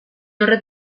horrek